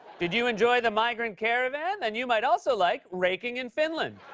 did you enjoy the migrant caravan? then you might also like raking in finland.